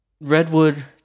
Redwood